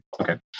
Okay